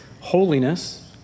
holiness